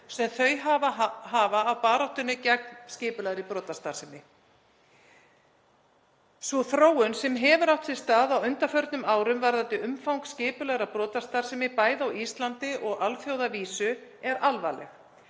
reynslu þeirra af baráttunni gegn skipulagðri brotastarfsemi. Sú þróun sem hefur átt sér stað á undanförnum árum varðandi umfang skipulagðrar brotastarfsemi, bæði á Íslandi og á alþjóðavísu, er alvarleg.